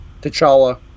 T'Challa